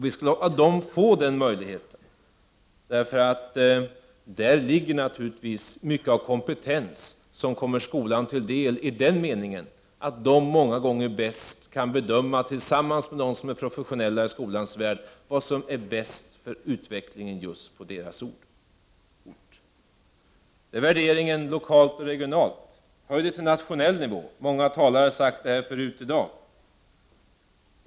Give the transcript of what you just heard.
Vi skall låta dem få den möjligheten, för hos dem finns naturligtvis mycket av kompetens som kommer skolan till del i den meningen att de många gånger bäst kan bedöma, tillsammans med dem som är professionella i skolans värld, vad som är bäst för utvecklingen just på deras ort. Detta är värderingen lokalt och regionalt. Höj det till nationell nivå! Många talare har sagt detta förut i dag.